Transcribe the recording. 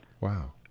Wow